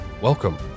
Welcome